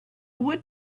what